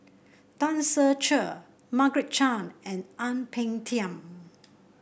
Tan Ser Cher Margaret Chan and Ang Peng Tiam